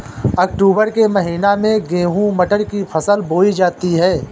अक्टूबर के महीना में गेहूँ मटर की फसल बोई जाती है